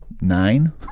nine